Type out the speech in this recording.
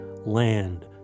land